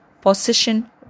position